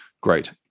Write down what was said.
great